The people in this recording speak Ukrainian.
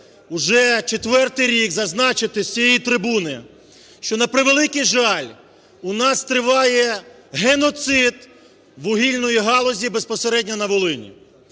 уже четвертий рік зазначити з цієї трибуни, що, на превеликий жаль, у нас триває геноцид вугільної галузі безпосередньо на Волині.